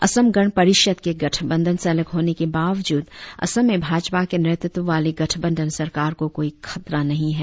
असम गण परिषद के गठबंधन से अलग होने के बावजूद असम में भाजपा के नेतृत्व वाली गठबंधन सरकार को कोई खतरा नहीं है